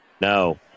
No